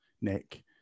Nick